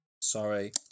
sorry